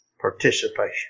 participation